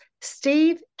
Steve